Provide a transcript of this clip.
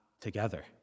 together